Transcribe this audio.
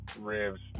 ribs